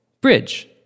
bridge